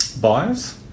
buyers